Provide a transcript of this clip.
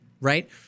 right